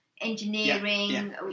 engineering